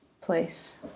place